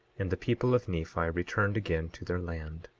and the people of nephi returned again to their land.